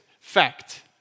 Fact